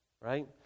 right